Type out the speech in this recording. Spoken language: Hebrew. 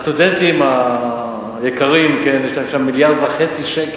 הסטודנטים היקרים, יש להם שם 1.5 מיליארד שקל.